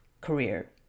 career